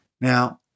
Now